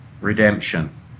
redemption